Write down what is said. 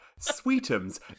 Sweetums